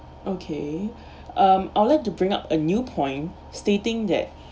okay um I would like to bring up a new point stating that